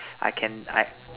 I can I